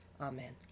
Amen